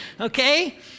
okay